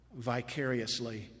vicariously